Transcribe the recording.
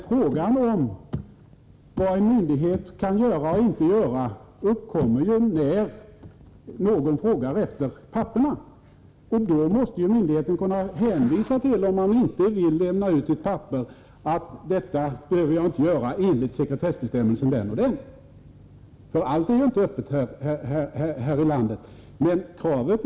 Frågan om vad en myndighet kan göra och inte kan göra blir ju aktuell när någon frågar efter papperna. Om man från en myndighets sida inte vill lämna ut ett papper måste man kunna hänvisa till att man inte behöver göra det enligt den och den bestämmelsen i sekretesslagen. Allt är ju inte offentligt här i landet.